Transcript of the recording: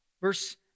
Verse